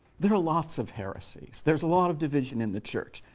there are lots of heresies. there's a lot of division in the church.